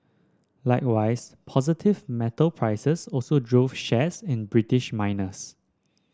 likewise positive metal prices also drove shares in British miners